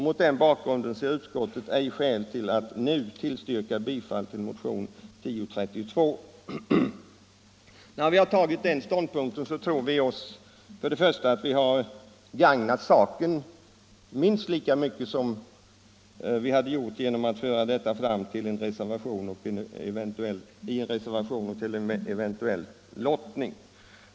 Mot den bakgrunden ser utskottet ej skäl att nu tillstyrka bifall till motionen 1032 moment b.” När vi har intagit den ståndpunkten tror vi oss för det första ha gagnat saken minst lika mycket som vi hade gjort genom att föra fram den reservationsledes och till en eventuell lottning.